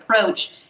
approach